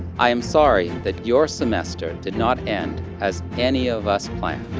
i am sorry that your semester did not end as any of us planned,